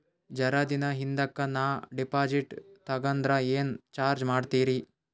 ಜರ ದಿನ ಹಿಂದಕ ನಾ ಡಿಪಾಜಿಟ್ ತಗದ್ರ ಏನ ಚಾರ್ಜ ಮಾಡ್ತೀರಿ?